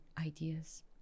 ideas